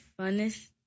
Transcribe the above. funnest